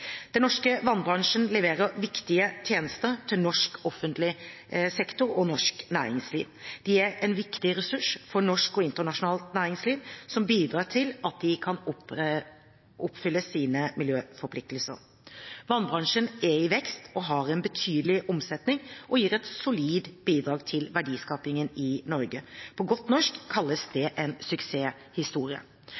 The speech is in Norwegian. Den norske vannbransjen leverer viktige tjenester til norsk offentlig sektor og norsk næringsliv. Den er en viktig ressurs for norsk og internasjonalt næringsliv som bidrar til at de kan oppfylle sine miljøforpliktelser. Vannbransjen er i vekst, har en betydelig omsetning og gir et solid bidrag til verdiskapingen i Norge. På godt norsk kalles det en suksesshistorie.